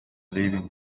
leaving